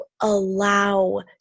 allow